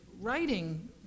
writing